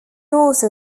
also